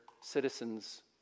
citizens